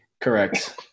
correct